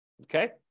Okay